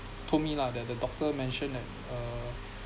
to me lah that the doctor mentioned that uh